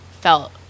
felt